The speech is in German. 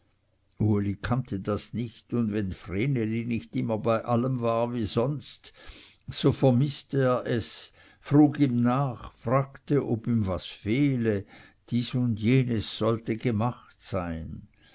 uli kannte das nicht und wenn vreneli nicht immer bei allem war wie sonst so vermißte er es frug ihm nach fragte ob ihm was fehle dies und jenes sollte gemacht sein